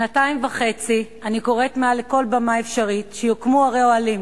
שנתיים וחצי אני קוראת מעל כל במה אפשרית שיוקמו ערי אוהלים,